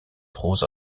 rosa